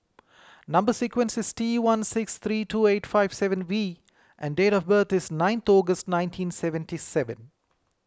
Number Sequence is T one six three two eight five seven V and date of birth is nine August nineteen seventy seven